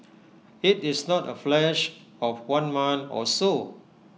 IT is not A flash of one month or so